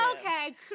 okay